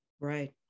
Right